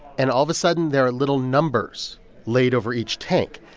and, all of a sudden, there are little numbers laid over each tank.